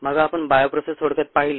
मग आपण बायोप्रोसेस थोडक्यात पाहिली